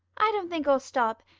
i don't think i'll stop.